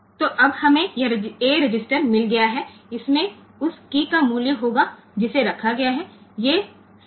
તેથી હવે આપણને આ મળ્યું છે આ એક રજીસ્ટર માં જે કી મૂકવામાં આવી છે તેની આ કિંમત હશે